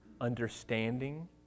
understanding